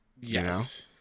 Yes